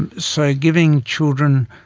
and so giving children